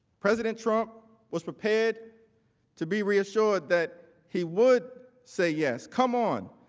president trump was prepared to be reassured that he would say yes, come on,